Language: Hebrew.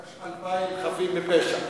רק 2,000 חפים מפשע.